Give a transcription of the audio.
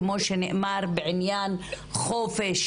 כמו שנאמר בעניין חופש